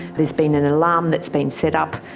there's been an alarm that's been set up,